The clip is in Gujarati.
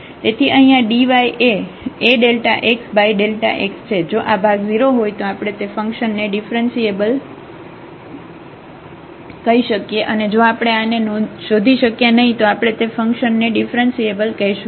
તેથી અહીં આ dy એ AΔxΔxછે જો આ ભાગ 0 હોય તો આપણે તે ફંક્શન ને ડિફરન્સીએબલ કહી શકીએ અને જો આપણે આ ને શોધી શક્યા નહિ તો આપણે તે ફંક્શન ને ડિફરન્સીએબલ કહેશું નહીં